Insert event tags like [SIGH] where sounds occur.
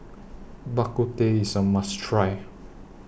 Bak Kut Teh IS A must Try [NOISE]